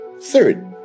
Third